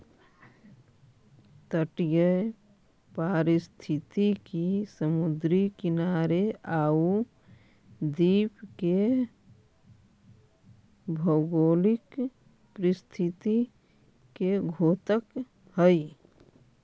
तटीय पारिस्थितिकी समुद्री किनारे आउ द्वीप के भौगोलिक परिस्थिति के द्योतक हइ